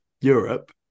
Europe